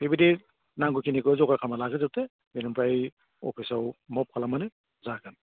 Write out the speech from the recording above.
बेबायदि नांगौखिनिखौ जगार खालामना लाग्रोजोबदो बेनिफ्राय अफिसाव मुभ खालामबानो जागोन